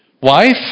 Wife